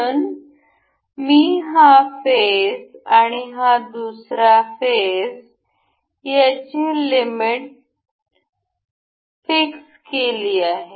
म्हणून मी हा फेस आणि हा फेस यांची लिमिट्स फिक्स केली आहे